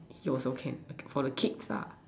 also can for the kids lah